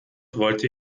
wollte